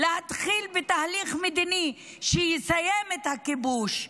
להתחיל תהליך מדיני שיסיים את הכיבוש,